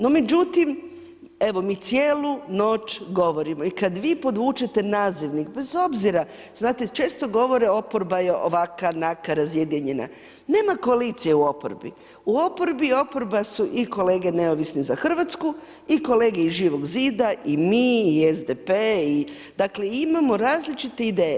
No međutim evo mi cijelu noć govorimo i kad vi podvučete nazivnik bez obzira, znate često govore oporba je ovakva, onakva, razjedinjena, nema koalicije u oporbi, oporba su i kolege Neovisni za Hrvatsku i kolege iz Živog zida i mi i SDP, dakle imamo različite ideje.